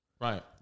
right